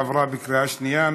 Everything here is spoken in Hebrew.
זה עבר בקריאה שנייה.